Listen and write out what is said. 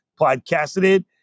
podcasted